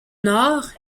nord